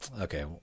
Okay